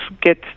get